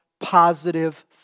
positive